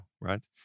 right